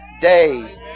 day